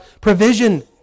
provision